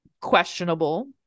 questionable